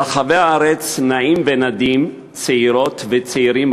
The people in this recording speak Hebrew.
ברחבי הארץ נעים ונדים צעירות וצעירים